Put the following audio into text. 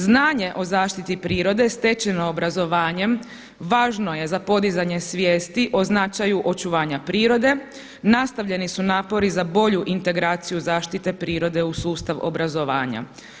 Znanje o zaštiti prirode stečeno obrazovanjem važno je za podizanje svijesti o značaju očuvanja prirode, nastavljeni su napori za boru integraciju zaštite prirode u sustav obrazovanja.